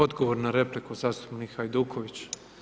Odgovor na repliku zastupnik Hajduković.